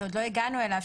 שעוד לא הגענו אליו,